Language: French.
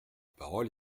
parole